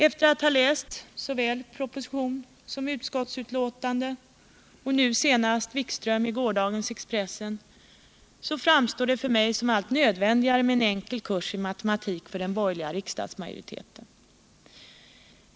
Efter att ha läst såväl propositionen som utskottsbetänkandet och nu senast orden av Wikström i gårdagens Expressen så framstår det för mig som allt nödvändigare med en enkel kurs i matematik för den borgerliga riksdagsmajoriteten.